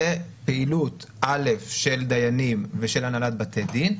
זו פעילות של דיינים ושל הנהלת בתי דין,